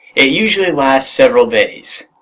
it usually lasts several days.